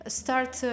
start